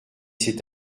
cet